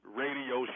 radio